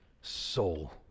soul